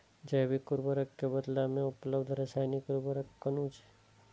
जैविक उर्वरक के बदला में उपलब्ध रासायानिक उर्वरक कुन छै?